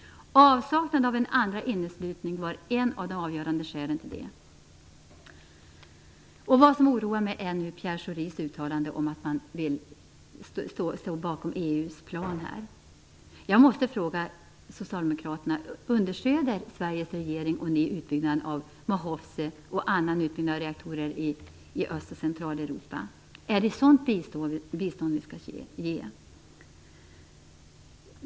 Avsaknaden av en andra inneslutning var ett av de avgörande skälen till detta. Vad som oroar mig är Pierre Schoris uttalande om att man vill stå bakom EU:s plan här. Jag måste fråga Socialdemokraterna: Understödjer Sveriges regering och ni utbyggnaden av Mochovce och annan utbýggnad av reaktorer i Öst och Centraleuropa? Är det sådant bistånd vi skall ge?